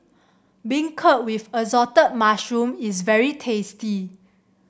beancurd with Assorted Mushrooms is very tasty